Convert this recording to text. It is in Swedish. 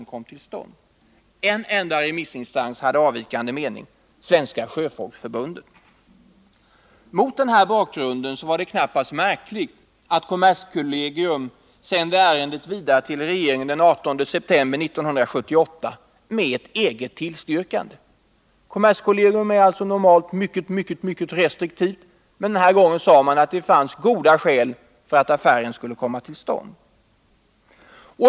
En enda remissinstans sade nej: Svenska sjöfolksförbundet. Mot denna bakgrund var det knappast märkligt att kommerskollegium sände ärendet vidare till regeringen den 18 september 1978 med ett eget tillstyrkande. Kommerskollegium är normalt mycket restriktivt, men denna gång sade man att det fanns goda skäl för att affären skulle komma till stånd.